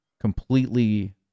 completely